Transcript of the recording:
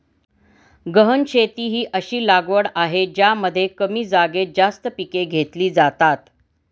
गहन शेती ही अशी लागवड आहे ज्यामध्ये कमी जागेत जास्त पिके घेतली जातात